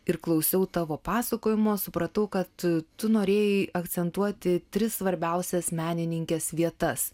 ir klausiau tavo pasakojimo supratau kad tu norėjai akcentuoti tris svarbiausias menininkės vietas